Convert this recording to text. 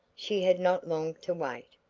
she had not long to wait.